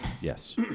Yes